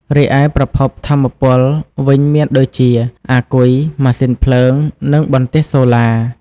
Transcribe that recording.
រីឯ ប្រភពថាមពល វិញមានដូចជា អាគុយ ម៉ាស៊ីនភ្លើង និងបន្ទះសូឡា។